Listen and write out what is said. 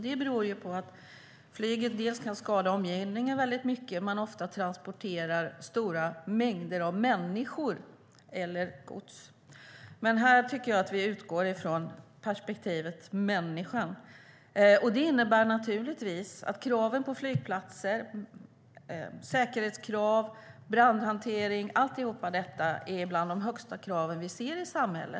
Det beror dels på att flyget kan skada omgivningen väldigt mycket, dels på att man ofta transporterar stora mängder människor eller gods. Här tycker jag dock att vi ska utgå från perspektivet människan, och det innebär naturligtvis att kraven på flygplatser när det gäller säkerhet och brandhantering - allt detta - är bland de högsta kraven vi ser i samhället.